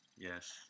Yes